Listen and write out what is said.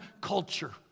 culture